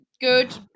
good